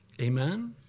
Amen